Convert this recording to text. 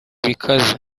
bikaze